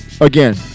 Again